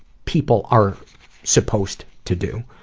people are supposed to do.